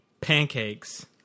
pancakes